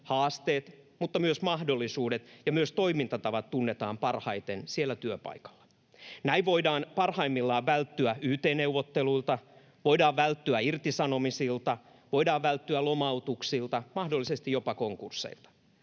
haasteet mutta myös mahdollisuudet ja toimintatavat tunnetaan parhaiten siellä työpaikalla. Näin voidaan parhaimmillaan välttyä yt-neuvotteluilta, voidaan välttyä irtisanomisilta, voidaan välttyä lomautuksilta, mahdollisesti jopa konkursseilta.